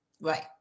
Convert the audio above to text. Right